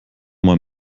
mal